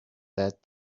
that